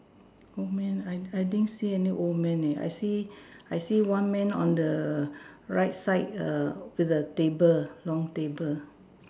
old man I I didn't see any old man leh I see I see one man on the right side err with a table long table